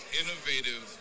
innovative